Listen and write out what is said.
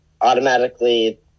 automatically –